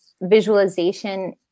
visualization